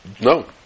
no